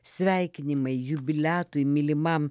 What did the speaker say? sveikinimai jubiliatui mylimam